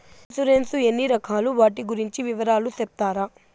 Insurance ఎన్ని రకాలు వాటి గురించి వివరాలు సెప్తారా?